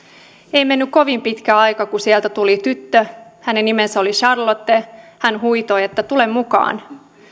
ei mennyt kovin pitkä aika kun sieltä tuli tyttö hänen nimensä oli charlotte ja hän huitoi että tule mukaan